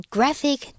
Graphic